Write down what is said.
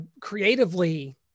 creatively